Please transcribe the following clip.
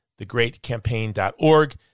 Thegreatcampaign.org